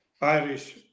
Irish